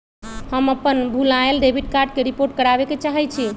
हम अपन भूलायल डेबिट कार्ड के रिपोर्ट करावे के चाहई छी